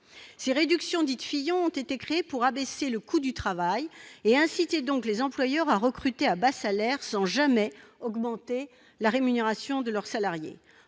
Ces réductions dites « Fillon » ont été créées pour abaisser le coût du travail et inciter donc les employeurs à recruter à bas salaire, sans jamais augmenter par la suite la rémunération de leurs salariés.